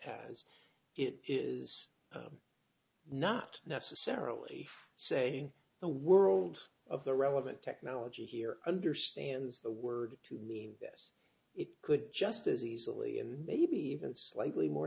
as it is not necessarily saying the world of the relevant technology here understands the word to mean this it could just as easily and maybe even slightly more